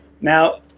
Now